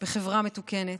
בחברה מתוקנת.